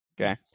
Okay